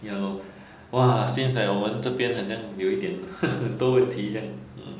ya loh !wah! seems like 我们这边好像有一点很多问题这样 hmm